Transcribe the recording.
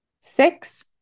Six